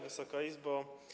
Wysoka Izbo!